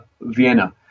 Vienna